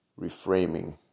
reframing